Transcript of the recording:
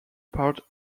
part